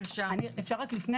לפני